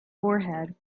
forehead